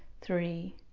three